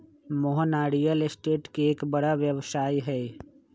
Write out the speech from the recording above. Mohana real estate के एक बड़ा व्यवसायी हई